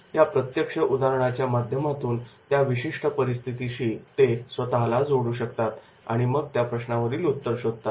या प्रत्यक्ष उदाहरणाच्या माध्यमातून त्या विशिष्ट परिस्थितीशी ते स्वतःला जोडू शकतात आणि मग त्या प्रश्नावरील उत्तर शोधतात